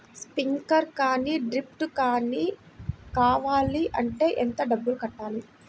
Sprinkler కానీ డ్రిప్లు కాని కావాలి అంటే ఎంత డబ్బులు కట్టాలి?